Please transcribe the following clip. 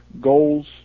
goals